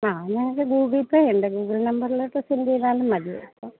ആ ഞങ്ങള്ക്ക് ഗൂഗിൾ പേയുണ്ട് ഗൂഗിൾ നമ്പറിലോട്ട് സെൻഡെയ്താലും മതി അപ്പോള്